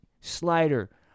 Slider